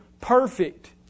perfect